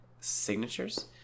signatures